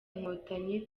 inkotanyi